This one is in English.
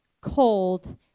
cold